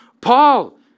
Paul